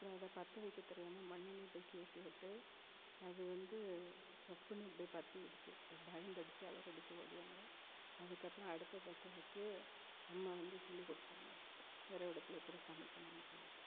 அப்புறம் அதை பற்ற வைக்க தெரியாமல் மண்ணெண்ணெயை தூக்கி ஊற்றி விட்டு அது வந்து கப்புன்னு அப்படியே பற்றிக்கிடுச்சி அது பயந்தடிச்சு அலறி அடித்து ஓடி வந்தோம் அதுக்கப்புறம் அடுப்பை பற்ற வெச்சி அம்மா வந்து சொல்லி கொடுத்தாங்க வெறகு அடுப்பில் எப்படி சமைக்கணும்ன்னு சொல்லிவிட்டு